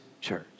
church